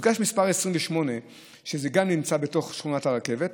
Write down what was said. גם מפגש מס' 2 נמצא בתוך שכונת הרכבת,